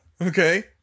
okay